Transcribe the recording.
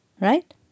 Right